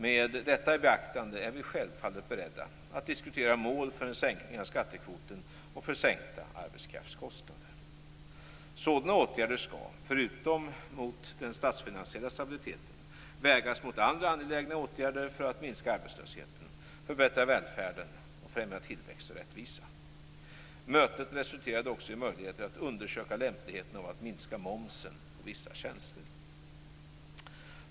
Med detta i beaktande är vi självfallet beredda att diskutera mål för en sänkning av skattekvoten och för sänkta arbetskraftskostnader. Sådana åtgärder skall, förutom mot den statsfinansiella stabiliteten, också vägas mot andra angelägna åtgärder för att minska arbetslösheten, förbättra välfärden och främja tillväxt och rättvisa. Mötet resulterade också i möjligheter att undersöka lämpligheten av att minska momsen på vissa tjänster.